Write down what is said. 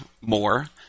more